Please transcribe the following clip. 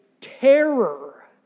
terror